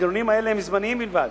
המנגנונים האלה הם זמניים בלבד.